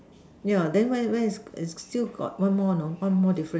yeah then where where where is still got one more you know one more difference